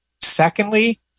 Secondly